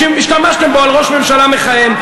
השתמשתם בו על ראש ממשלה מכהן,